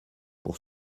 pour